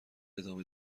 ادامه